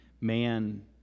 man